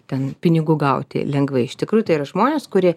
ten pinigų gauti lengvai iš tikrųjų tai yra žmonės kurie